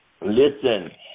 Listen